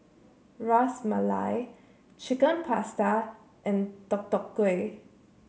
Ras Malai Chicken Pasta and Deodeok Gui